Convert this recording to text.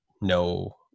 no